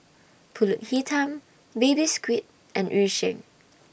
Pulut Hitam Baby Squid and Yu Sheng